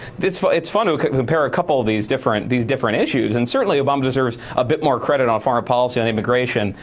it's fun it's fun to compare a couple of these different, these different issues, and certainly obama deserves a bit more credit on foreign policy and immigration,